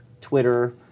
Twitter